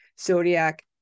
zodiac